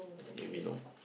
maybe no